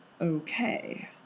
Okay